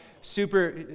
Super